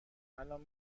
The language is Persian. الان